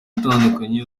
atandukanye